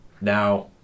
Now